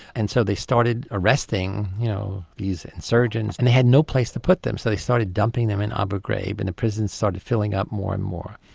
and so they started arresting you know these insurgents and they had no place to put them so they started dumping them in abu ghraib and the prison started filling up more and more.